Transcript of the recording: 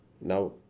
now